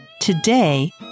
Today